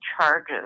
charges